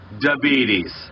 Diabetes